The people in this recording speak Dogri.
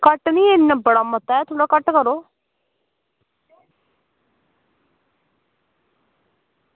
घट्ट निं हैन बड़ा मता थोह्ड़ा घट्ट करो